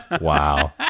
Wow